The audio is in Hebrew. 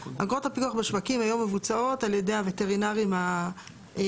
אגרות הפיקוח בשווקים היום מבוצעות על ידי הווטרינרים הרשותיים.